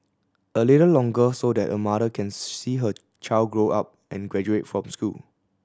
a little longer so that a mother can see her child grow up and graduate from school